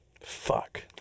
Fuck